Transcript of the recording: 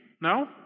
No